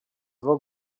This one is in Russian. два